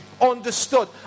understood